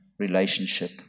relationship